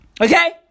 Okay